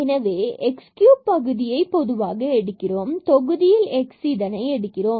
எனவே நாம் x cube பகுதியில் பொதுவாக எடுக்கிறோம் மற்றும் தொகுதியில் x இதனை எடுக்கிறோம்